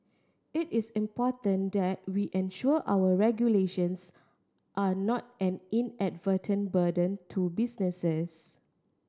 it is important that we ensure our regulations are not an inadvertent burden to businesses